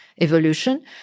evolution